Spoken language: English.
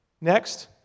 Next